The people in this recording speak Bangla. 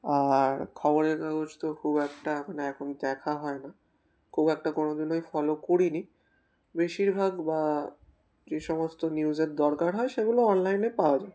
আর খবরের কাগজ তো খুব একটা মানে এখন দেখা হয় না খুব একটা কোনোদিনই ফলো করিনি বেশিরভাগ বা যে সমস্ত নিউজের দরকার হয় সেগুলো অনলাইনে পাওয়া যায়